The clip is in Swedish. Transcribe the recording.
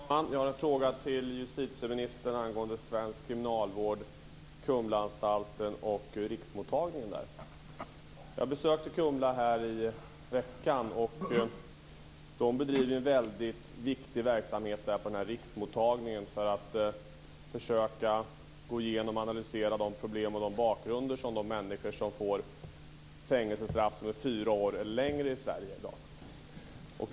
Herr talman! Jag har en fråga till justitieministern angående svensk kriminalvård. Det gäller Kumlaanstalten och riksmottagningen där. Jag besökte Kumla i veckan. De bedriver en väldigt viktig verksamhet där på riksmottagningen för att försöka gå igenom och analysera de problem och bakgrunder som de människor har som får fängelsestraff på fyra år eller längre i Sverige i dag.